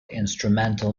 instrumental